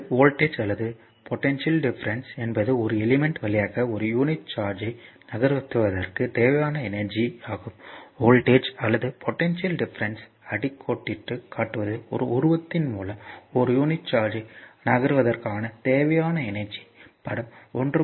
எனவே வோல்டேஜ் அல்லது potential difference என்பது ஒரு எலிமென்ட் வழியாக ஒரு யூனிட் சார்ஜ்யை நகர்த்துவதற்குத் தேவையான எனர்ஜி ஆகும் வோல்ட்டேஜ் அல்லது போடென்ஷியல் டிஃபரென்ஸ்யை அடிக்கோடிட்டுக் காட்டுவது ஒரு உருவத்தின் மூலம் ஒரு யூனிட் சார்ஜ்யை நகர்த்துவதற்கான தேவையான எனர்ஜி படம் 1